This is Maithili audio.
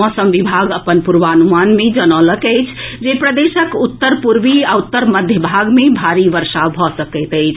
मौसम विभाग अपन पूर्वानुमान मे जनौलक अछि जे प्रदेशक उत्तर पूर्वी आ उत्तर मध्य भाग मे भारी बर्षा भऽ सकैत अछि